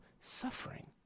suffering